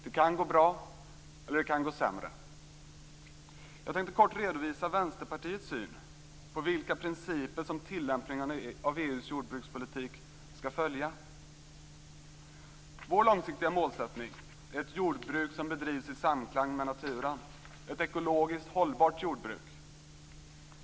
Det kan gå bra, och det kan gå sämre. Jag tänkte kortfattat redovisa Vänsterpartiets syn på vilka principer som tillämpningen av EU:s jordbrukspolitik skall följa. Vår långsiktiga målsättning är ett jordbruk som bedrivs i samklang med naturen, ett ekologiskt hållbart jordbruk.